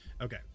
Okay